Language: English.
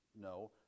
No